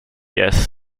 yes